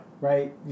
Right